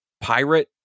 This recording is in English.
pirate